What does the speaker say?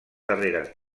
darreres